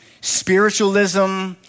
spiritualism